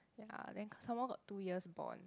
ya then some more got two years bond